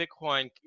Bitcoin